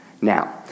Now